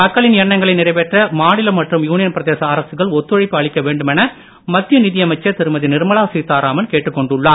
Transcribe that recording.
மக்களின் எண்ணங்களை நிறைவேற்ற மாநில மற்றும் யூனியன் பிரதேச அரசுகள் ஒத்துழைப்பு அளிக்க வேண்டுமென மத்திய நிதியமைச்சர் திருமதி நிர்மலா சீத்தாராமன் கேட்டுக் கொண்டுள்ளார்